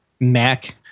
mac